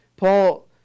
Paul